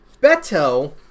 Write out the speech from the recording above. beto